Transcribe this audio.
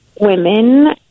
women